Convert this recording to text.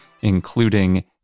including